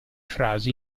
frasi